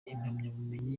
impamyabumenyi